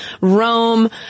Rome